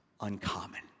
uncommon